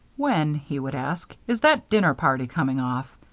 when, he would ask, is that dinner party coming off?